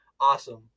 awesome